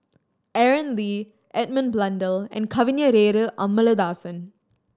Aaron Lee Edmund Blundell and Kavignareru Amallathasan